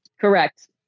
Correct